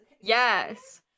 yes